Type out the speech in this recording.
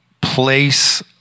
place